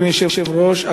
אדוני היושב-ראש,